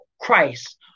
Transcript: Christ